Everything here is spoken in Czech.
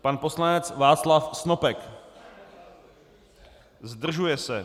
Pan poslanec Václav Snopek: Zdržuje se.